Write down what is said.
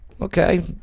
Okay